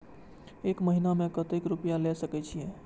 एक महीना में केते रूपया ले सके छिए?